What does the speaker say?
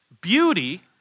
beauty